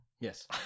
Yes